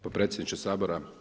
Potpredsjedniče Sabora.